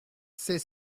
c’est